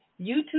YouTube